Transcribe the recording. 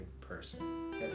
person